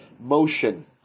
motion